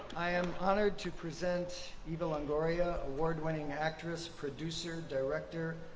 i am honored to present eva longoria, award-winning actress, producer, director,